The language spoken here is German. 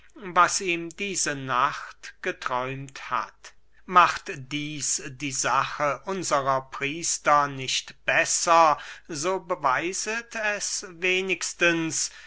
was ihm diese nacht geträumt hat macht dieß die sache unserer priester nicht besser so beweiset es wenigstens